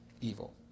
evil